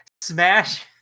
smash